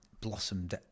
blossomed